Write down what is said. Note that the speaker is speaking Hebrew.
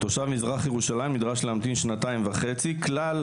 תושב מזרח ירושלים נדרש שנתיים וחצי, כלל